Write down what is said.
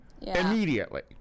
immediately